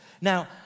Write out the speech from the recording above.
Now